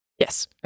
Yes